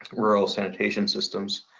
rural sanitation systems.